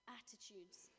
attitudes